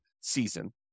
season